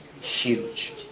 Huge